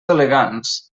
elegants